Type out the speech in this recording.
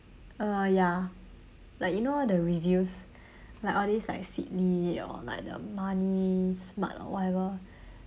uh ya like you know all the reviews like all this like seedly or like the money smart or whatever